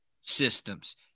Systems